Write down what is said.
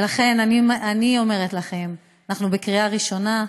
לכן אני אומרת לכם: אנחנו בקריאה ראשונה,